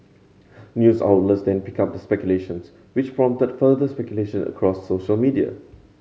news outlets then picked up the speculations which prompted further speculation across social media